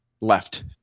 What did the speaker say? left